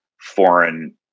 foreign